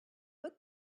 would